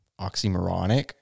oxymoronic